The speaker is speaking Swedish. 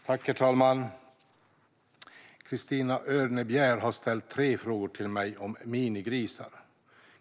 Herr talman! Christina Örnebjär har ställt tre frågor till mig om minigrisar.